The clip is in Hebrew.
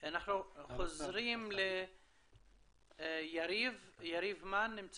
אנחנו חוזרים ליריב מן.